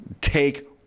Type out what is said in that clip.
take